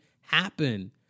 happen